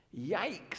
Yikes